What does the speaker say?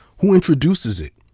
who introduces it?